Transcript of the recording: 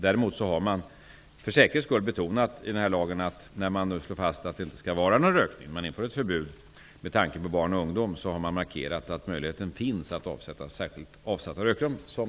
Däremot har man för säkerhets skull betonat i lagen att det i de situationer där rökning är förbjuden med tanke på barn och ungdom skall vara möjligt att avsätta rökrum.